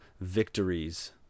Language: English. victories